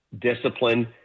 discipline